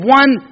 one